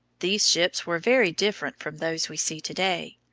these ships were very different from those we see to-day.